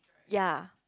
ya